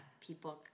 people